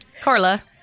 Carla